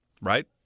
right